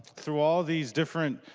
through all these different